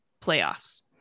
playoffs